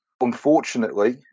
unfortunately